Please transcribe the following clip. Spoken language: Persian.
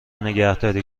نگهداری